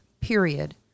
period